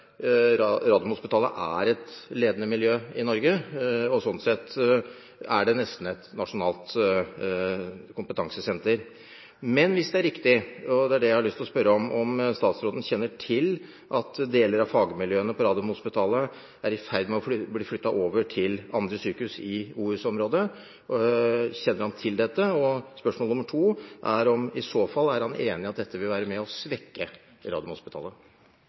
er et ledende miljø i Norge, og sånn sett er det nesten et nasjonalt kompetansesenter. Men hvis det er riktig – og det er det jeg har lyst til å spørre om: Kjenner statsråden til at deler av fagmiljøene på Radiumhospitalet er i ferd med å bli flyttet over til andre sykehus i OUS-området? Spørsmål nr. to er: I så fall, er han enig i at dette vil være med på å svekke Radiumhospitalet?